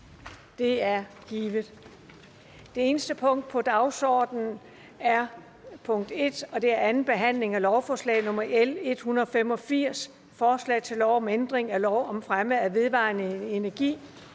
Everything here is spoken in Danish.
Det er givet. --- Det eneste punkt på dagsordenen er: 1) 2. behandling af lovforslag nr. L 185: Forslag til lov om ændring af lov om fremme af vedvarende energi.